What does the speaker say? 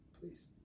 Please